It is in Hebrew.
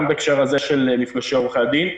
גם בהקשר הזה של מפגשי עורכי הדין,